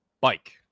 bike